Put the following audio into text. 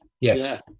Yes